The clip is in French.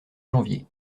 janvier